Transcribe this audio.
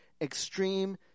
extreme